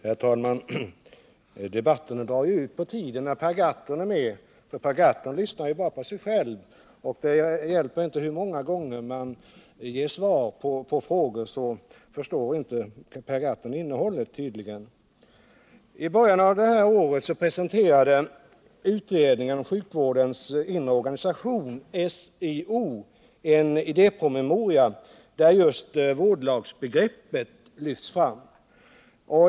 Herr talman! Debatterna drar ut på tiden när Per Gahrton är med, eftersom han bara lyssnar på sig själv. Det hjälper inte hur många gånger man ger svar på hans frågor — han förstår tydligen inte innehållet i det man säger. I början av detta år presenterade utredningen om sjukvårdens inre organisation, SIO, en idépromemoria där vårdlagsbegreppet lyfts fram.